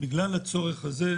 כמו שהיושב-ראש הציג,